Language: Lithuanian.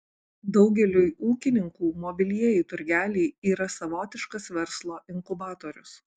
daugeliui ūkininkų mobilieji turgeliai yra savotiškas verslo inkubatorius